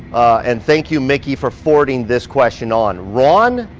and thank you miki for forwarding this question on. ron,